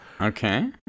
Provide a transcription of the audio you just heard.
Okay